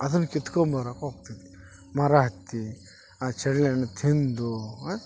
ಅದನ್ನು ಕಿತ್ಕೊಂಬರೋಕೆ ಹೋಗ್ತಿದ್ವಿ ಮರ ಹತ್ತಿ ಆ ಚಳ್ಳೆಹಣ್ ತಿಂದು